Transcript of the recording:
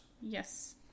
yes